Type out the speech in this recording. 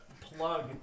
plug